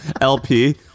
LP